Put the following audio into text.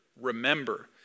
remember